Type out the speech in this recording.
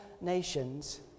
nations